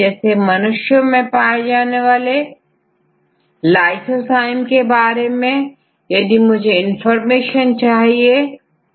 जैसे मनुष्य में पाए जाने वाले lysozyme के बारे में यदि मुझे इंफॉर्मेशन चाहिए है